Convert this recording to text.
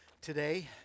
today